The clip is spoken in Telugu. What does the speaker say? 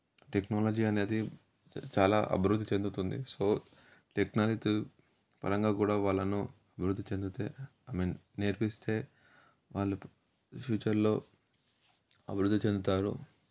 టెక్నాలజీ అనేది చాలా అభివృద్ధి చెందుతుంది సో టెక్నాలజీ పరంగా కూడా వాళ్ళను అభివృద్ది చెందితే ఐ మీన్ నేర్పిస్తే వాళ్ళు ఫ్యూచర్లో అభివృద్ధి చెందుతారు